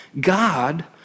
God